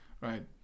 right